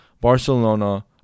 Barcelona